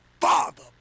father